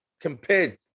compared